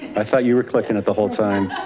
i thought you were clicking it the whole time.